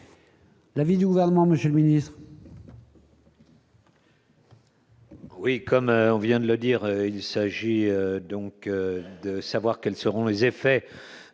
L'avis du gouvernement, Monsieur le Ministre. Oui, comme on vient de le dire, il s'agit donc de savoir quels seront les effets